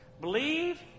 Believe